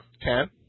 ten